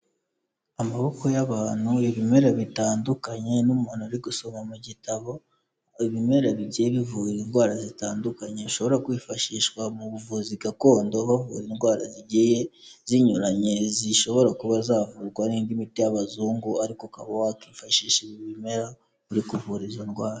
Amaboko y'abantu, ibimera bitandukanye n'umuntu ari gusoma mu gitabo. Ibimera bigiye bivura indwara zitandukanye, bishobora kwifashishwa mu buvuzi gakondo, bavura indwara zigiye zinyuranye, zishobora kuba zavurwa n'indi miti y'abazungu, ariko ukaba wakifashisha ibi bimera, uri kuvura izo ndwara.